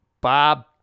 Bob